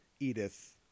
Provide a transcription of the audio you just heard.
Edith